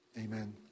amen